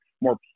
more